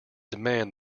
demand